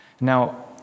Now